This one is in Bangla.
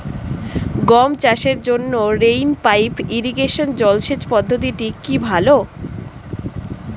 গম চাষের জন্য রেইন পাইপ ইরিগেশন জলসেচ পদ্ধতিটি কি ভালো?